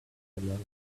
language